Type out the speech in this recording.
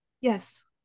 yes